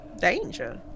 danger